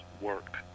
work